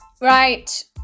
right